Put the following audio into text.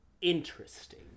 interesting